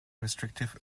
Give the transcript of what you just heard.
restrictive